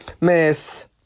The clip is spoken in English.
Miss